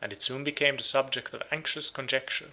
and it soon became the subject of anxious conjecture,